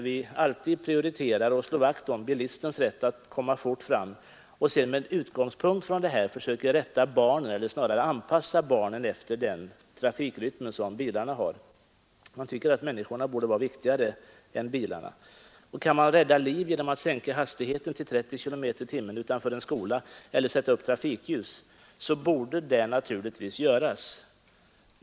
Vi prioriterar alltid och slår vakt om bilistens rätt att komma fort fram, och med utgångspunkt i detta försöker vi rätta barnen eller snarare anpassa barnen efter trafikrytmen. Man tycker att människorna borde vara viktigare än bilarna. Kan man rädda liv genom att sänka hastigheten till 30 km/tim utanför en skola eller sätta upp trafikljus, så borde det naturligtvis göras.